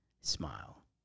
smile